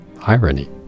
irony